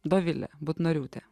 dovilė butnoriūtė